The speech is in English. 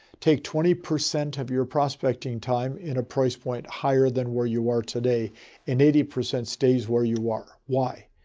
take twenty percent of your prospecting time in a price point higher than where you are today and eighty percent stays where you are. why?